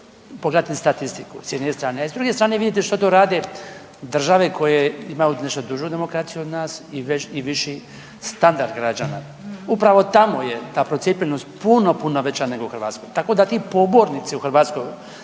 pogledati statistiku sa jedne strane, a s druge strane vidjeti što tu rade države koje imaju nešto dužu demokraciju od nas i viši standard građana. Upravo tamo je ta procijepljenost puno, puno veća nego u Hrvatskoj. Tako da ti pobornici u Hrvatskoj